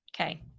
Okay